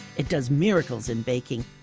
it does miracles in baking,